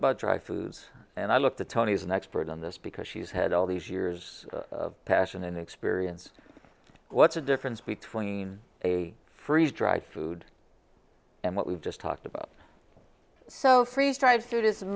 about dry foods and i look to tony is an expert on this because she's had all these years of passion and experience what's the difference between a freeze dried food and what we've just talked about so freeze dried food is